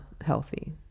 healthy